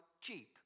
cheap